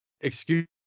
excuse